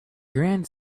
grand